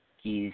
que